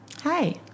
Hi